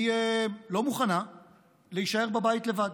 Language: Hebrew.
היא לא מוכנה להישאר בבית לבד.